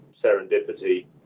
serendipity